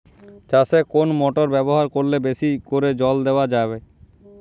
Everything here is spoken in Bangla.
চাষে কোন মোটর ব্যবহার করলে বেশী করে জল দেওয়া যাবে?